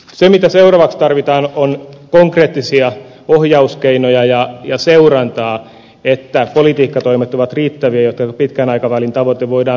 se mitä seuraavaksi tarvitaan on konkreettisia ohjauskeinoja ja seurantaa että politiikkatoimet ovat riittäviä jotta pitkän aikavälin tavoite voidaan saada aikaan